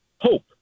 hope